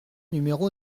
numéro